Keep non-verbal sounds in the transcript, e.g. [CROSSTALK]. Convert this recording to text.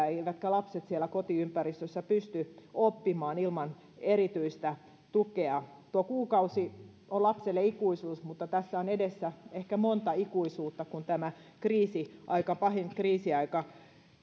[UNINTELLIGIBLE] eivätkä lapset siellä kotiympäristössä pysty oppimaan ilman erityistä tukea tuo kuukausi on lapselle ikuisuus mutta tässä on edessä ehkä monta ikuisuutta kun tämä pahin kriisiaika